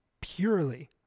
purely